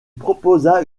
proposa